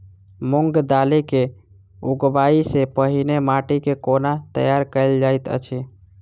मूंग दालि केँ उगबाई सँ पहिने माटि केँ कोना तैयार कैल जाइत अछि?